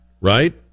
right